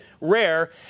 rare